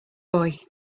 boy